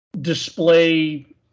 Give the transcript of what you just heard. display